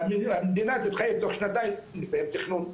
והמדינה תתחייב תוך שנתיים לסיים תכנון,